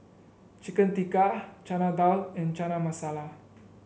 Chicken Tikka Chana Dal and Chana Masala